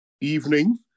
evening